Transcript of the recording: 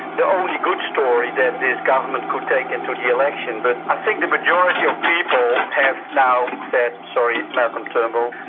the only good story that this government could take into the election, but i think the majority of people have now said sorry malcolm turnbull.